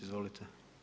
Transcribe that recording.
Izvolite.